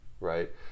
right